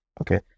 Okay